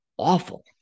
Awful